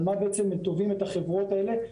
על מה בעצם הם תובעים את החברה באמת,